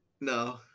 no